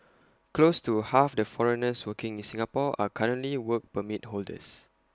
close to half the foreigners working in Singapore are currently Work Permit holders